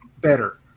better